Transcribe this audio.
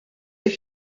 jekk